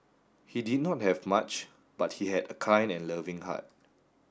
he did not have much but he had a kind and loving heart